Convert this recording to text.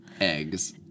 Eggs